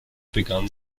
begann